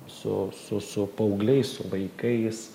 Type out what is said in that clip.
su su su paaugliais su vaikais